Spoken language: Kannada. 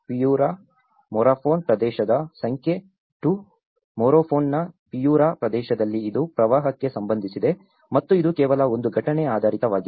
ಪಿಯುರಾ ಮೊರೊಪೊನ್ ಪ್ರದೇಶದ ಸಂಖ್ಯೆ 2 ಮೊರೊಪೊನ್ನ ಪಿಯುರಾ ಪ್ರದೇಶದಲ್ಲಿ ಇದು ಪ್ರವಾಹಕ್ಕೆ ಸಂಬಂಧಿಸಿದೆ ಮತ್ತು ಇದು ಕೇವಲ ಒಂದು ಘಟನೆ ಆಧಾರಿತವಾಗಿಲ್ಲ